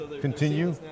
continue